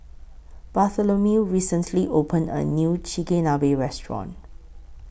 Bartholomew recently opened A New Chigenabe Restaurant